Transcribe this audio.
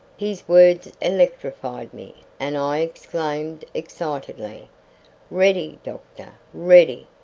his words electrified me, and i exclaimed excitedly ready, doctor, ready.